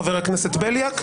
חבר הכנסת בליאק,